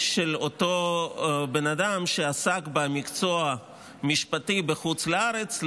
של אותו בן אדם שעסק במקצוע משפטי בחוץ לארץ,